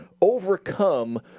overcome